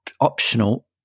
optional